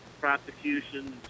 prosecutions